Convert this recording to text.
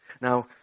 Now